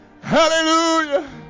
Hallelujah